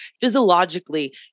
physiologically